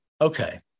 Okay